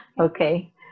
Okay